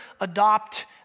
adopt